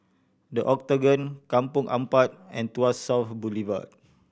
The Octagon Kampong Ampat and Tuas South Boulevard